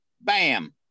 Bam